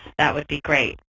that would be great.